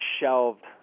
shelved